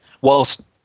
whilst